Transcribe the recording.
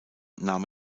nahm